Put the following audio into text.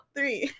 Three